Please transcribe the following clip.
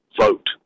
Vote